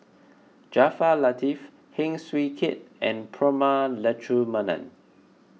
Jaafar Latiff Heng Swee Keat and Prema Letchumanan